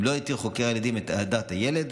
אם לא התיר חוקר הילדים את העדת הילד,